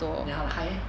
没有他的 height leh